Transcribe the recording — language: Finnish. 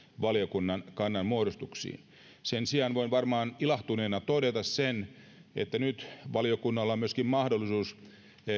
valiokunnan kannanmuodostuksiin sen sijaan voin varmaan ilahtuneena todeta sen että nyt valiokunnalla on mahdollisuus